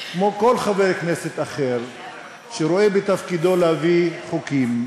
כמו כל חבר כנסת אחר שרואה את תפקידו בלהביא חוקים,